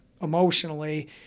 emotionally